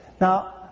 Now